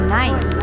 nice